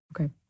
Okay